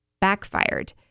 backfired